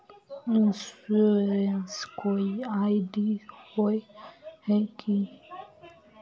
Insurance कोई ID होय है की?